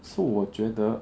so 我觉得